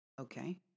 Okay